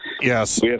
Yes